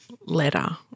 letter